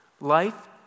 Life